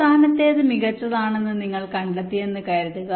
അവസാനത്തേത് മികച്ചതാണെന്ന് നിങ്ങൾ കണ്ടെത്തിയെന്ന് കരുതുക